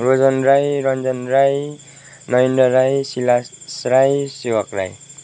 Rojan Rai Ranjan Rai Mahendra Rai Silas Rai Sewak Rai